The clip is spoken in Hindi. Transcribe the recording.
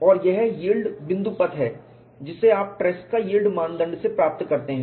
और यह यील्ड बिंदुपथ है जिसे आप ट्रेसका यील्ड मानदंड से प्राप्त करते हैं